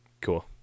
Cool